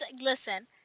Listen